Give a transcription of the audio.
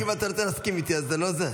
אם אתה רוצה להסכים איתי, אז זה לא זה.